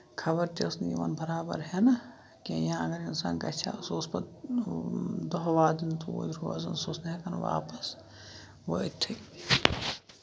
خبر تہِ ٲس نہٕ یِوان برابر ہینہٕ کیٚنٛہہ یا اَگر اِنسان گژھِ ہا سُہ اوس پَتہٕ دوہ وادن توٗرۍ روزان سُہ اوس نہٕ ہٮ۪کان واپَس وٲتۍتھے